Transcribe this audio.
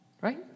Right